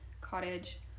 cottage